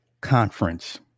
conference